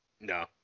No